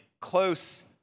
close